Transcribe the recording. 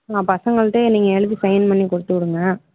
நான் பசங்கள்கிட்டே நீங்கள் எழுதி சைன் பண்ணி குடுத்துவிடுங்க